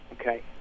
Okay